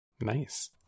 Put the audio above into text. Nice